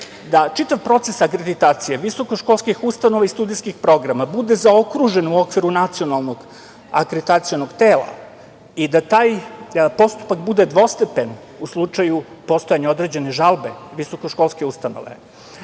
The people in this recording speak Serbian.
da čitav proces akreditacije visokoškolskih ustanova i studijskih programa bude zaokružen u okviru Nacionalnog akreditacionog tela i da taj postupak bude dvostepen u slučaju postojanja određene žalbe visokoškolske ustanove,